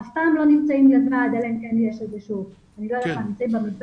אף פעם לא נמצאים לבד, אלא אם כן נמצאים במדבר.